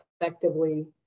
effectively